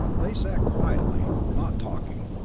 they sat quietly, not talking,